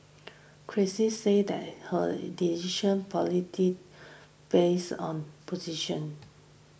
Critics said her decision politics bias on opposition